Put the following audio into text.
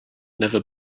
never